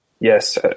Yes